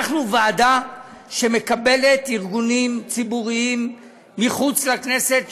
אנחנו ועדה שמקבלת ארגונים ציבוריים מחוץ לכנסת,